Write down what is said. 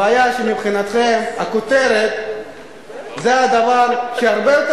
הבעיה היא שהכותרת זה דבר הרבה יותר